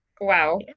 Wow